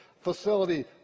facility